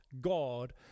God